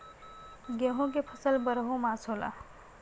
गेहूं की फसल बरहो मास होला